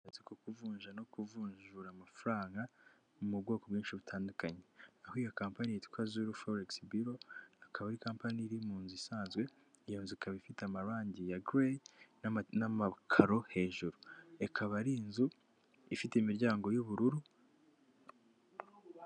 Uburyo ko kuvunja no kuvunjura amafaranga mu bwoko bwinshi butandukanye aho iyo company yitwa zuru forekisi biro akaba ari companyi iri mu nzu isanzwe iyo nzu ikaba ifite amarangi ya gereye n'amakaro hejuru ikaba ari inzu ifite imiryango y'ubururu.